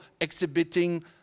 exhibiting